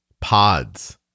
pods